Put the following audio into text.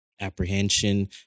apprehension